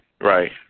Right